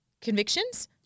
convictions